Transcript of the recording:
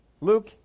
Luke